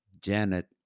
Janet